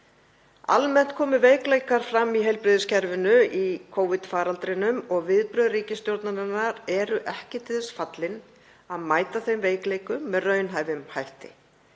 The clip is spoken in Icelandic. Almennt komu veikleikar fram í heilbrigðiskerfinu í Covid-faraldrinum og viðbrögð ríkisstjórnarinnar eru ekki til þess fallin að mæta þeim veikleikum með raunhæfum hætti.